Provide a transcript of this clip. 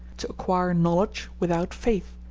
to acquire knowledge without faith,